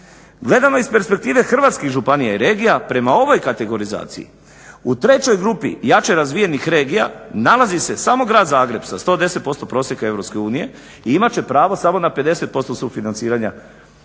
Gledano iz perspektive hrvatskih županija i regija prema ovoj kategorizaciji u trećoj grupi jače razvijenih regija nalazi se samo Grad Zagreb sa 110% prosjeka Europske unije i imat će pravo samo na 50% sufinanciranja